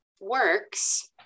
works